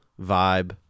vibe